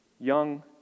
Young